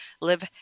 Live